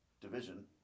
division